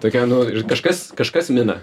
tokia nu ir kažkas kažkas mina